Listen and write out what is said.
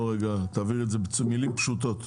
תבהירי את זה במילים פשוטות.